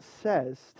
says